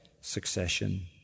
succession